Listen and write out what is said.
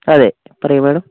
അതെ പറയൂ മേഡം